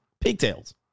Pigtails